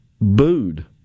booed